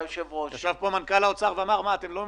בא משרד האוצר, גל לנדאו,